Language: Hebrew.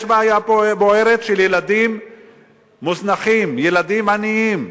יש פה בעיה בוערת של ילדים מוזנחים, ילדים עניים.